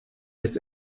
des